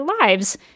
lives